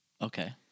Okay